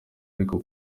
ariko